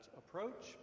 approach